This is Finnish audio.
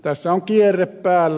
tässä on kierre päällä